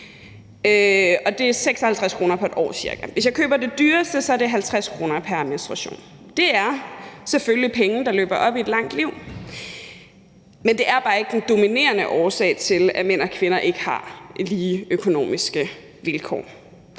Det er ca. 56 kr. på et år. Hvis jeg køber det dyreste, er det 50 kr. pr. menstruation. Det er selvfølgelig beløb, der løber op i et langt liv, men det er bare ikke den dominerende årsag til, at mænd og kvinder ikke har lige økonomiske vilkår.